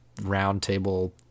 roundtable